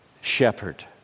shepherd